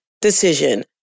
decision